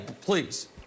please